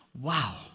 Wow